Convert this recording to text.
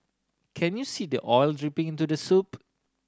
can you see the oil dripping into the soup